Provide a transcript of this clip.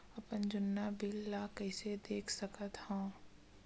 अपन जुन्ना बिल ला कइसे देख सकत हाव?